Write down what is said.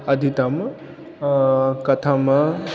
अधीतं कथं